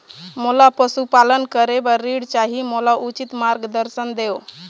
मोला पशुपालन करे बर ऋण चाही, मोला उचित मार्गदर्शन देव?